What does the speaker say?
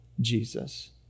Jesus